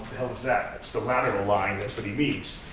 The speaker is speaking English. hell is that? it's the lateral line. that's what he means.